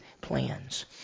plans